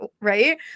Right